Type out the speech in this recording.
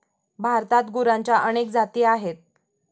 भारतात गुरांच्या अनेक जाती आहेत